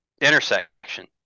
intersection